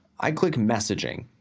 i click messaging,